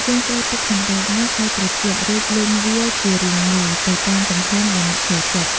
យើងត្រូវទុកសណ្ដែកនោះឲ្យត្រជាក់ រួចលុញវាជារាងមូល ទៅតាមទំហំដែលអ្នកចូលចិត្ត។